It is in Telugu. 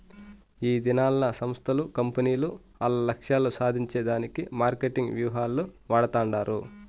ఈదినాల్ల సంస్థలు, కంపెనీలు ఆల్ల లక్ష్యాలు సాధించే దానికి మార్కెటింగ్ వ్యూహాలు వాడతండాయి